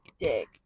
dick